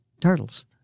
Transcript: turtles